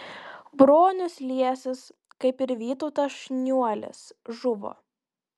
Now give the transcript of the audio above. bronius liesis kaip ir vytautas šniuolis žuvo